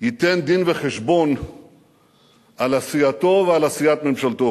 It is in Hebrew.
ייתן דין-וחשבון על עשייתו ועל עשיית ממשלתו